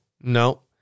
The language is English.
no